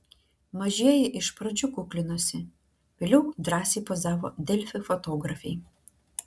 mažieji iš pradžių kuklinosi vėliau drąsiai pozavo delfi fotografei